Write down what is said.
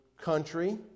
country